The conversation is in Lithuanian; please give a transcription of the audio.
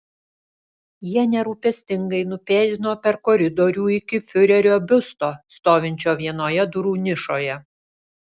jie nerūpestingai nupėdino per koridorių iki fiurerio biusto stovinčio vienoje durų nišoje